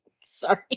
Sorry